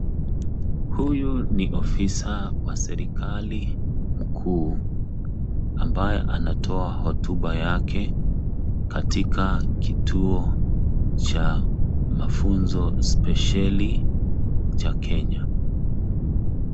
Huyu ni afisa wa serikali mkuu ambaye anatoa hotuba yake katika kituo cha mafunzo spesheli cha Kenya.